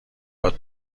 هات